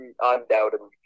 undoubtedly